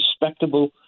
respectable